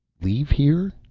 leave here?